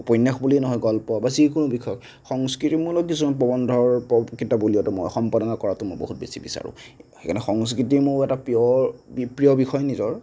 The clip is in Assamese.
উপন্যাস বুলিয়ে নহয় গল্প বা যিকোনো বিষয় সংস্কৃতিমূলক কিছুমান প্ৰৱন্ধৰ কিতাপ উলিওৱাটো মই সম্পাদনা কৰাতো মই বহুত বেছি বিচাৰোঁ সেইকাৰণে সংস্কৃতি মোৰ এটা প্ৰিয় প্ৰিয় বিষয় নিজৰ